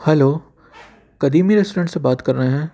hello Qadimi restaurant سے بات کر رہے ہیں